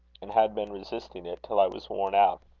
and had been resisting it till i was worn out,